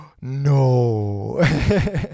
No